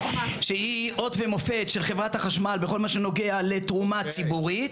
שהיא אות ומופת של חברת החשמל בכל מה שנוגע לתרומה ציבורית,